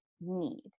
need